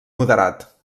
moderat